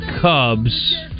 Cubs